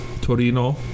Torino